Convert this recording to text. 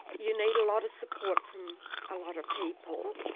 you need a lot of support from a lot of people,